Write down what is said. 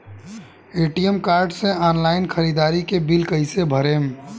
ATM card से online ख़रीदारी के बिल कईसे भरेम?